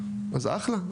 אז אחלה,